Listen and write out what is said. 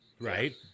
Right